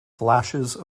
flashes